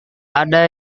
ada